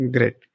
Great।